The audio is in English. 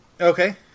Okay